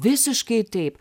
visiškai taip